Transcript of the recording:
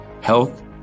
health